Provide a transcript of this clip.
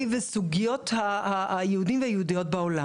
והסוגיות היהודים והיהודיות בעולם.